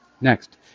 Next